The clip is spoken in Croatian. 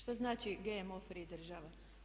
Što znači GMO free država.